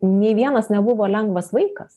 nė vienas nebuvo lengvas vaikas